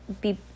be